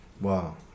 wow